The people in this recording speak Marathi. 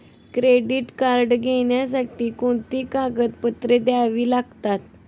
क्रेडिट कार्ड घेण्यासाठी कोणती कागदपत्रे घ्यावी लागतात?